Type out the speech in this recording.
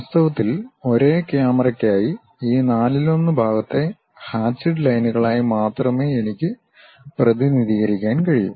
വാസ്തവത്തിൽ ഒരേ ക്യാമറയ്ക്കായി ഈ നാലിലൊന്ന് ഭാഗത്തെ ഹാചിഡ് ലൈൻകളായി മാത്രമേ എനിക്ക് പ്രതിനിധീകരിക്കാൻ കഴിയൂ